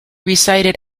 recited